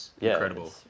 incredible